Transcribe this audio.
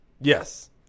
Yes